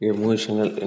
Emotional